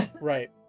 Right